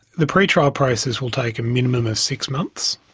the pre-trial process will take a minimum of six months,